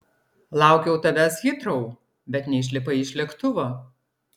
laukiau tavęs hitrou bet neišlipai iš lėktuvo